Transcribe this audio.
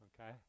Okay